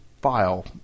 file